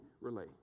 relay